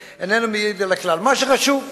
מה שחשוב לומר,